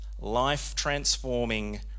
life-transforming